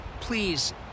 please